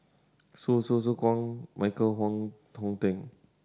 Hsu Tse Kwang Michael Wong Hong Teng